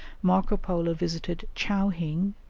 marco polo visited chao-hing,